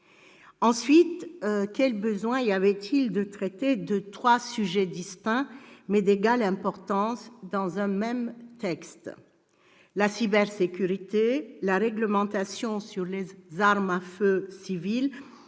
Ensuite, quel besoin y avait-il de traiter de trois sujets distincts, mais d'égale importance dans un même texte ? La cybersécurité, la réglementation sur les armes à feu civiles